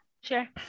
sure